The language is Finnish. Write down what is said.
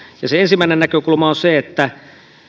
se se ensimmäinen näkökulma on se että